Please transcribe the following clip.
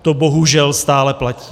To bohužel stále platí.